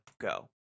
go